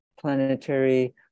planetary